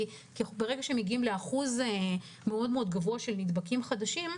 ברגע שמגיעים לאחוז מאוד גבוה של נדבקים חדשים,